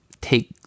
take